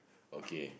okay